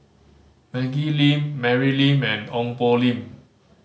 Maggie Lim Mary Lim and Ong Poh Lim